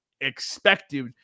expected